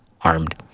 armed